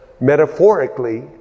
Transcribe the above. metaphorically